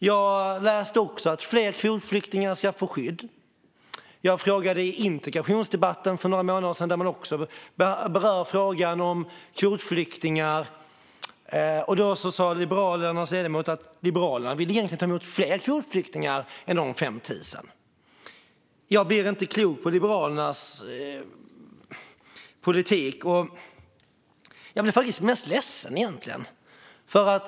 Jag läste också att fler kvotflyktingar ska få skydd. Jag frågade om det i integrationsdebatten för några månader sedan. Där berörde man också frågan om kvotflyktingar. Då sa Liberalernas ledamot att Liberalerna egentligen ville ta emot fler kvotflyktingar än de 5 000. Jag blir inte klok på Liberalernas politik. Jag blir egentligen mest ledsen.